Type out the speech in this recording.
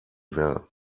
wellen